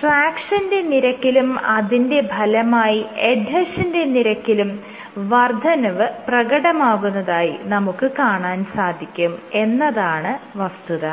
ട്രാക്ഷൻറെ നിരക്കിലും അതിന്റെ ഫലമായി എഡ്ഹെഷന്റെ നിരക്കിലും വർദ്ധനവ് പ്രകടമാകുന്നതായി നമുക്ക് കാണാൻ സാധിക്കും എന്നതാണ് വസ്തുത